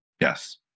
Yes